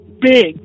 big